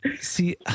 see